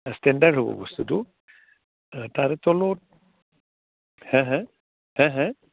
standard হ'ব বস্তুটো তাৰে তলত হে হে হে হে